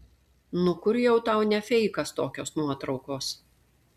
nu kur jau tau ne feikas tokios nuotraukos